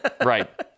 right